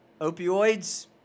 opioids